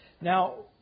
Now